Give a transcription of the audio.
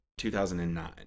2009